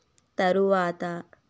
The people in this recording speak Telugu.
తరువాత